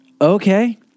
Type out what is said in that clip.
okay